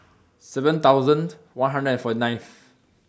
seven thousand one hundred and forty ninth